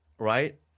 Right